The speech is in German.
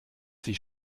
sie